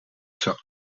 zakt